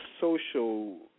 social